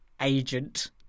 agent